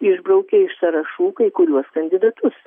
išbraukė iš sąrašų kai kuriuos kandidatus